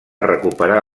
recuperar